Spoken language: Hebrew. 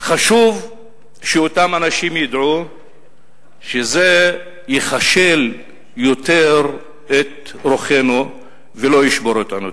חשוב שאותם אנשים ידעו שזה יחשל יותר את רוחנו ולא ישבור אותנו.